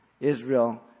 Israel